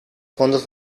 fondos